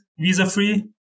visa-free